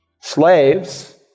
Slaves